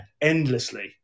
Endlessly